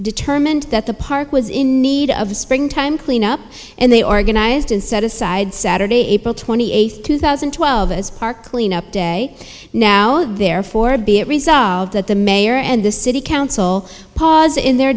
determined that the park was in need of a springtime cleanup and they organized and set aside saturday april twenty eighth two thousand and twelve as park cleanup day now there for be it resolved that the mayor and the city council pause in their